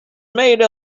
made